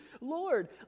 Lord